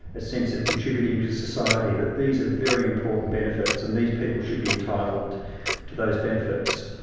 a sense of contributing to society, that these are very important benefits and these people should be entitled to those benefits.